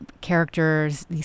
characters